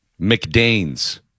McDane's